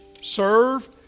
serve